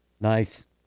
Nice